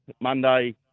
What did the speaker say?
Monday